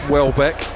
Welbeck